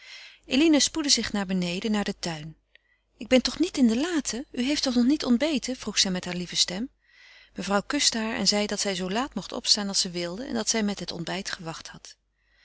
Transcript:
eline spoedde zich naar beneden naar den tuin ik ben toch niet in den laatte u heeft toch nog niet ontbeten vroeg zij met hare lieve stem mevrouw kuste haar en zeide dat zij zoo laat mocht opstaan als zij wilde en dat zij met het ontbijt gewacht had